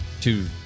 two